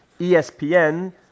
ESPN